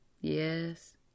Yes